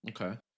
okay